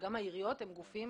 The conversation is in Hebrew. גם העיריות הן גופים